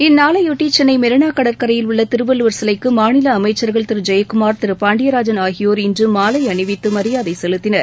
இந்நாளையொட்டி சென்னைமெரீனாகடற்கரையில் உள்ளதிருவள்ளூவர் சிலைக்குமாநிலஅமைச்சர்கள் திருஜெயக்குமார் திருபாண்டியராஜன் ஆகியோர் இன்றுமாலைஅணிவித்துமரியாதைசெலுத்தினர்